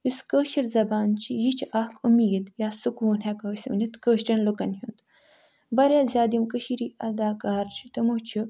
یُس کٲشِر زبان چھِ یہِ چھِ اَکھ اُمیٖد یا سکوٗن ہٮ۪کَو أسۍ ؤنِتھ کٲشِریٚن لُکَن ہُنٛد واریاہ زیادٕ یِم کٔشیٖرِ اداکار چھِ تِمَو چھِ